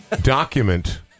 document